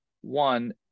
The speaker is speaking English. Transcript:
one